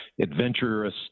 adventurous